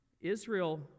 Israel